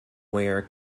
where